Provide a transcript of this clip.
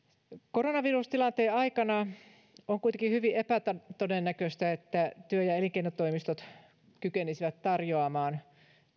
koronavirustilanteen aikana on kuitenkin hyvin epätodennäköistä että työ ja elinkeinotoimistot kykenisivät tarjoamaan